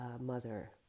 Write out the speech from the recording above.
mother